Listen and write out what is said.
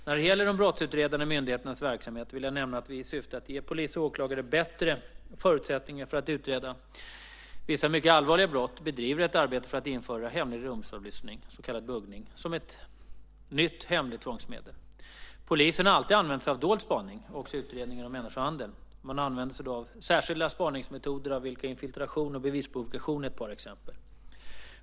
När det gäller de brottsutredande myndigheternas verksamhet vill jag nämna att vi i syfte att ge polis och åklagare bättre förutsättningar för att utreda vissa mycket allvarliga brott bedriver ett arbete för att införa hemlig rumsavlyssning, så kallad buggning, som ett nytt hemligt tvångsmedel. Polisen har alltid använt sig av dold spaning, också i utredningar om människohandel. Man använder sig då även av särskilda spaningsmetoder av vilka infiltration och bevisprovokation är ett par exempel.